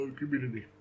community